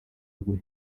rwe